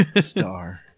Star